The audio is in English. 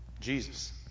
Jesus